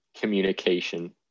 communication